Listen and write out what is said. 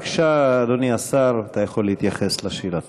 בבקשה, אדוני השר, אתה יכול להתייחס לשאלה.